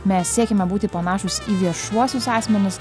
mes siekiame būti panašūs į viešuosius asmenis